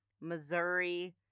missouri